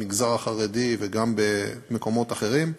במגזר החרדי וגם במקומות אחרים,